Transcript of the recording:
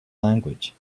language